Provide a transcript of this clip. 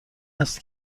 ایست